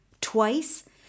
twice